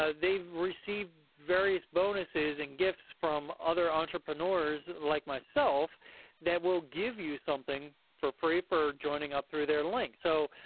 ah they've received various bonuses and gifts from other entrepreneurs like myself that will give you something for free for joining up through their link. so,